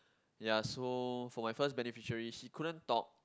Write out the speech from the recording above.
ya so for my first beneficiary he couldn't talk